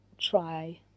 try